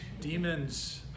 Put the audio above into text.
demons